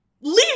leave